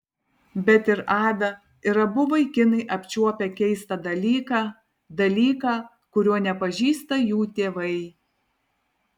bet ir ada ir abu vaikinai apčiuopę keistą dalyką dalyką kurio nepažįsta jų tėvai